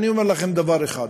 אני אומר לכם דבר אחד,